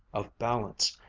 of balance,